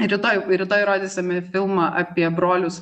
rytoj rytoj rodysim filmą apie brolius